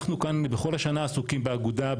אנחנו כאן בכל השנה עסוקים באגודה,